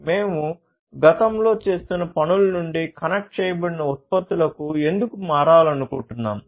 మేము గతంలో చేస్తున్న పనుల నుండి కనెక్ట్ చేయబడిన ఉత్పత్తులకు ఎందుకు మారాలనుకుంటున్నాము